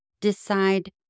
decide